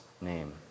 name